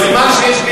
זה סימן שיש,